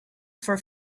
for